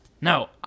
No